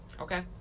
Okay